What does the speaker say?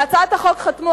על הצעת החוק חתמו,